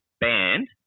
band